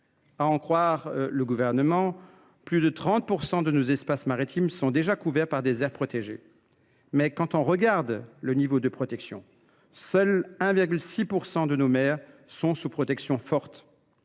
À en croire le Gouvernement, plus de 30 % de nos espaces maritimes sont déjà couverts par des aires protégées. Mais quand on regarde le niveau de protection, seulement 1,6 % de nos mers est sous protection forte